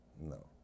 no